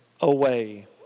away